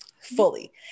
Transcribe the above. fully